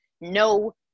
no